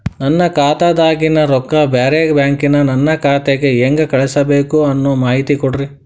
ನನ್ನ ಖಾತಾದಾಗಿನ ರೊಕ್ಕ ಬ್ಯಾರೆ ಬ್ಯಾಂಕಿನ ನನ್ನ ಖಾತೆಕ್ಕ ಹೆಂಗ್ ಕಳಸಬೇಕು ಅನ್ನೋ ಮಾಹಿತಿ ಕೊಡ್ರಿ?